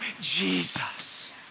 Jesus